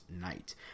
night